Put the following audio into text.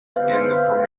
premier